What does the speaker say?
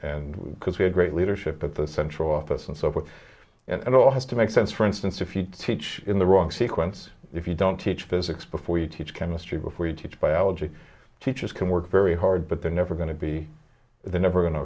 and because we had great leadership at the central office and so forth and it all has to make sense for instance if you teach in the wrong sequence if you don't teach physics before you teach chemistry before you teach biology teachers can work very hard but they're never going to be the never going to